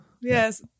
yes